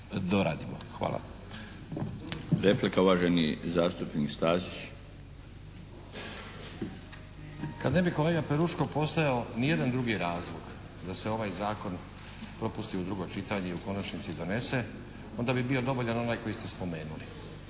Darko (HDZ)** Replika, uvaženi zastupnik Stazić. **Stazić, Nenad (SDP)** Pa ne bi kolega Peruško postojao ni jedan drugi razloga da se ovaj zakon propusti u drugo čitanje i u konačnici donese onda bi bio dovoljan onaj koji ste spomenuli.